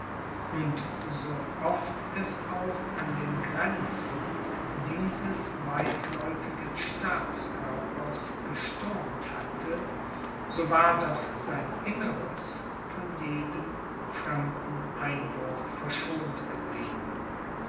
und so oft es auch an den grenzen dieses weitläufigen staatskörpers gestürmt hatte so war doch sein inneres von jedem fremden einbruch verschont geblieben